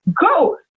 Go